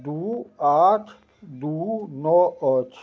दू आठ दू नओ अछि